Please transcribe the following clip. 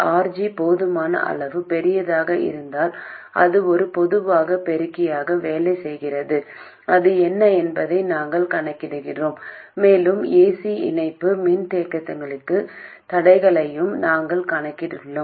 RG போதுமான அளவு பெரியதாக இருந்தால் அது ஒரு பொதுவான பெருக்கியாக வேலை செய்கிறது அது என்ன என்பதை நாங்கள் கணக்கிட்டுள்ளோம் மேலும் ஏசி இணைப்பு மின்தேக்கிகளுக்கான தடைகளையும் நாங்கள் கணக்கிட்டுள்ளோம்